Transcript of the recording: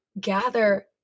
gather